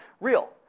real